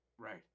Right